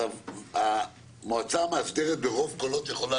אז המועצה המאסדרת ברוב קולות יכולה